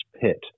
pit